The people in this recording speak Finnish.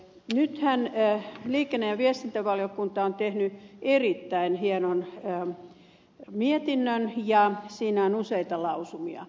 nythän liikenne ja viestintävaliokunta on tehnyt erittäin hienon mietinnön ja siinä on useita lausumia